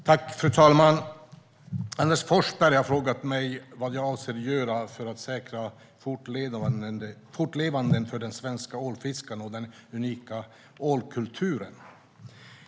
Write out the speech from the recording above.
Fru talman! Anders Forsberg har frågat mig vad jag avser att göra för att säkra fortlevnaden för de svenska ålfiskarna och den unika "ålakulturen".